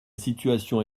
situation